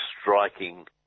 striking